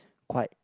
quite